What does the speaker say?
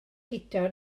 guto